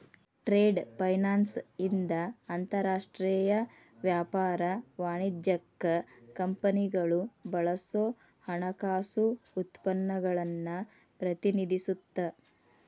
trade finance ಇಂದ ಅಂತರಾಷ್ಟ್ರೇಯ ವ್ಯಾಪಾರ ವಾಣಿಜ್ಯಕ್ಕ ಕಂಪನಿಗಳು ಬಳಸೋ ಹಣಕಾಸು ಉತ್ಪನ್ನಗಳನ್ನ ಪ್ರತಿನಿಧಿಸುತ್ತ